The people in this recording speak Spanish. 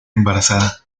embarazada